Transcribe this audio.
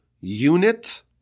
unit